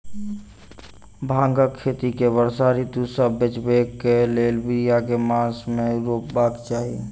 भांगक खेती केँ वर्षा ऋतु सऽ बचेबाक कऽ लेल, बिया केँ मास मे रोपबाक चाहि?